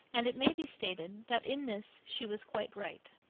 and it may be stated that in this she was quite right.